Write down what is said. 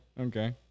Okay